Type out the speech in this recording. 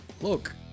Look